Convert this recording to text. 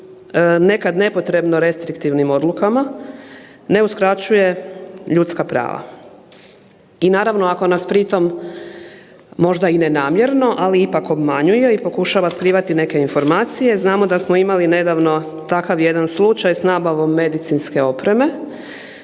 nekad nepotrebno restriktivnim odlukama ne uskraćuje ljudska prava i naravno ako nas pri tom možda i ne namjerno ali ipak obmanjuje i pokušava skrivati neke informacije. Znamo da smo imali nedavno takav jedan slučaj s nabavom medicinske opreme,